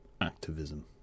activism